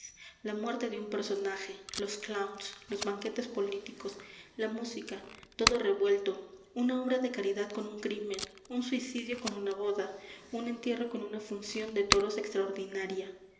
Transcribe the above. la muerte de un personaje los clowns los banquetes políticos la música todo revuelto una obra de caridad con un crimen un suicidio con una boda un entierro con una función de toros extraordinaria